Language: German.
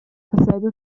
dasselbe